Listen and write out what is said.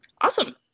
Awesome